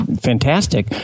fantastic